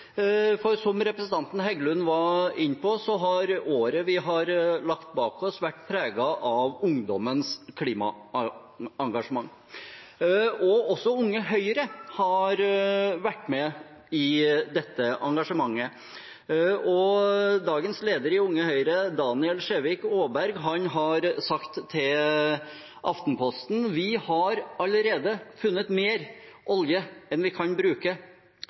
Som representanten Heggelund var inne på, har året vi har lagt bak oss, vært preget av ungdommens klimaengasjement. Også Unge Høyre har vært med i dette engasjementet. Dagens leder i Unge Høyre, Daniel Skjevik-Aasberg, har sagt til Aftenposten: «Vi har allerede funnet mer olje enn vi kan bruke.»